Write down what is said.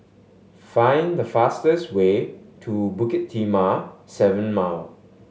find the fastest way to Bukit Timah Seven Mile